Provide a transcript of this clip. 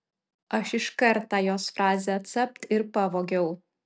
aš iškart tą jos frazę capt ir pavogiau